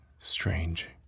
Strange